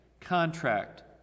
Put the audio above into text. contract